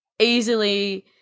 easily